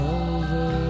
over